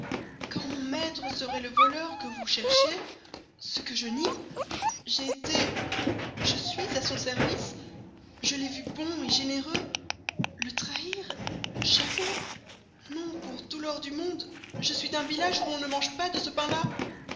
quand mon maître serait le voleur que vous cherchez ce que je nie j'ai été je suis à son service je l'ai vu bon et généreux le trahir jamais non pour tout l'or du monde je suis d'un village où l'on ne mange pas de ce pain-là